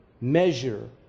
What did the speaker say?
measure